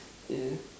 yes